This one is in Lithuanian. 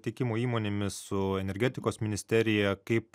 tiekimo įmonėmis su energetikos ministerija kaip